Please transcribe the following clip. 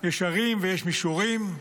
יש הרים ויש מישורים.